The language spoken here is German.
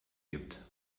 gibt